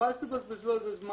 חבל שתבזבזו על זה זמן,